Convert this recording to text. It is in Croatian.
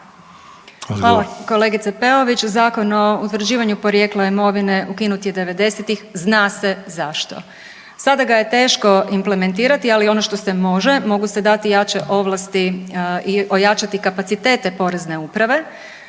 Hvala kolegice Peović. Zakon o utvrđivanju porijekla imovine ukinut je '90.-tih, zna se zašto. Sada ga je teško implementirati, ali ono što se može mogu se dati jače ovlasti i ojačati kapacitete porezne uprave.